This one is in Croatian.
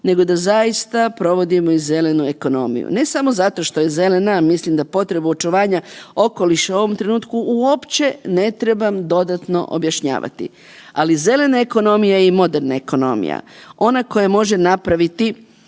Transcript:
nego da zaista provodimo i zelenu ekonomiju. Ne samo zato što je zelena, ja mislim da potrebu očuvanja okoliša u ovom trenutku uopće ne trebam dodatno objašnjavati, ali zelena ekonomija je i moderna ekonomija, ona koja može napraviti